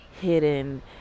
Hidden